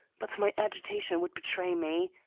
but my agitation would betray me.